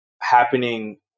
happening